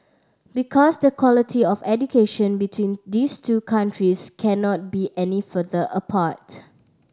because the quality of education between these two countries cannot be any further apart